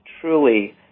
truly